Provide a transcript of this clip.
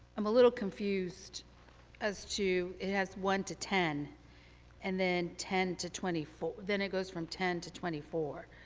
i'm a little confused as to it has one to ten and then ten to twenty four, and then it goes from ten to twenty four.